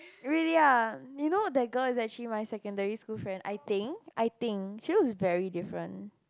really ah you know that girl is actually my secondary school friend I think I think she looks very different